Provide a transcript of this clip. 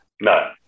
No